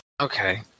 Okay